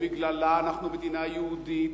ובגללה אנחנו מדינה יהודית,